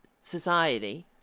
society